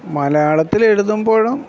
മലയാളത്തിൽ എഴുതുമ്പോഴും